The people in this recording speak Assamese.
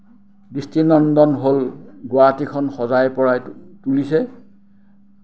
দৃষ্টিনন্দন হ'ল গুৱাহাটীখন সজাই পৰাই তুলিছে